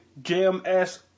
JMS